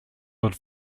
would